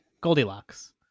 Goldilocks